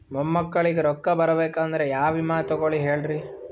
ಮೊಮ್ಮಕ್ಕಳಿಗ ರೊಕ್ಕ ಬರಬೇಕಂದ್ರ ಯಾ ವಿಮಾ ತೊಗೊಳಿ ಹೇಳ್ರಿ?